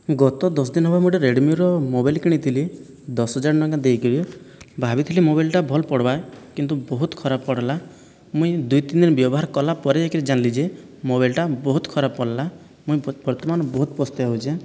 ଗତ ଦଶ ଦିନ ହେବ ମୁଁ ଗୋଟିଏ ରେଡ଼୍ମିର ମୋବାଇଲ କିଣିଥିଲି ଦଶହଜାର ଟଙ୍କା ଦେଇକରି ଭାବିଥିଲି ମୋବାଇଲଟା ଭଲ ପଡ଼ିବ କିନ୍ତୁ ବହୁତ ଖରାପ ପଡ଼ିଲା ମୁଁ ଦୁଇ ତିନି ଦିନି ବ୍ୟବହାର କଲା ପରେ ଯାଇକରି ଜାଣିଲି ଯେ ମୋବାଇଲଟା ବହୁତ ଖରାପ ପଡ଼ିଲା ମୁଁ ବର୍ତ୍ତମାନ ବହୁତ ପସ୍ତେଇ ହେଉଛି